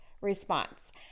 response